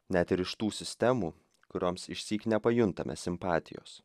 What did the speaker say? net ir iš tų sistemų kurioms išsyk nepajuntame simpatijos